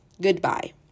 Goodbye